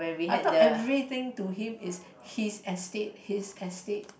I thought everything to him is he's estate he's estate